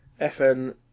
FN